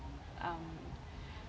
um